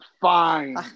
Fine